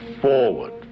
forward